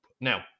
Now